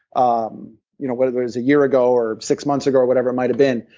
um you know whether it was a year ago or six months ago or whatever it might have been.